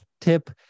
tip